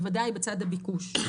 בוודאי בצד הביקוש.